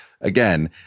again